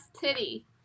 titty